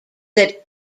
that